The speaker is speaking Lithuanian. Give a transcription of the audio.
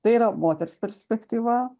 tai yra moters perspektyva